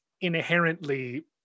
inherently